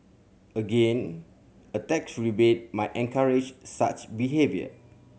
again a tax rebate might encourage such behaviour